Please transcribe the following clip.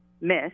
miss